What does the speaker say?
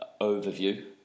overview